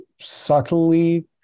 subtly